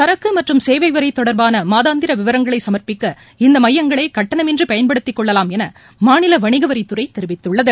சரக்குமற்றும் சேவைவரிதொடர்பானமாதாந்திரவிவரங்களைசமர்ப்பிக்க இந்தமையங்களைகட்டணமின்றிபயன்படுத்திக் கொள்ளலாம் எனமாநிலவணிகவரித்துறைதெரிவித்துள்ளது